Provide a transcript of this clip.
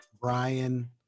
Brian